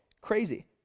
crazy